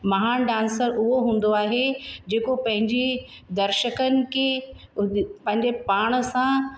महान डांसर उहो हूंदो आहे जेको पंहिंजी दर्शकनि खे पंहिंजे पाण सां